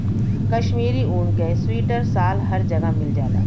कशमीरी ऊन क सीवटर साल हर जगह मिल जाला